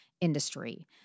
industry